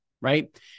right